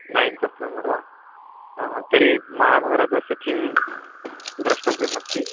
nine September वा हा तर्हि महाभारतस्य थीम् द्रष्टव्यमस्ति